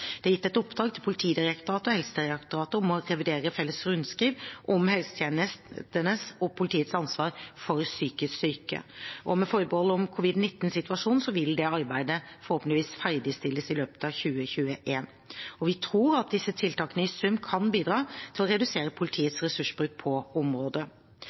Det er gitt et oppdrag til Politidirektoratet og Helsedirektoratet om å revidere felles rundskriv om helsetjenestens og politiets ansvar for psykisk syke. Med forbehold om covid-19-situasjonen vil det arbeidet forhåpentligvis ferdigstilles i løpet av 2021. Vi tror at disse tiltakene i sum kan bidra til å redusere